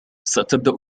ستبدأ